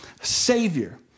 Savior